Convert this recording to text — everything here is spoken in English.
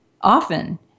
often